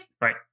Right